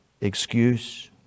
excuse